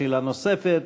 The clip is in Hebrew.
שאלה נוספת,